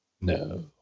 No